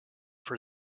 for